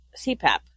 CPAP